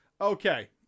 Okay